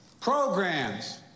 Programs